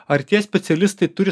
ar tie specialistai turi